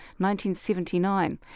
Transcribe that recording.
1979